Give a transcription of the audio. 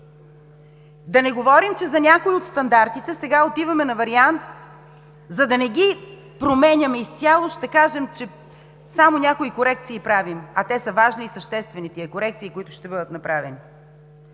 Да не говорим, че за някои от стандартите – сега отиваме на вариант, за да не ги променяме изцяло, ще кажем, че само някои корекции правим, а те са важни и съществени корекциите, които ще бъдат направени.